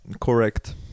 Correct